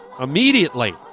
immediately